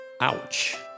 Ouch